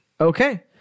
Okay